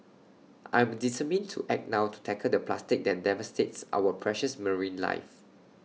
I am determined to act now to tackle the plastic that devastates our precious marine life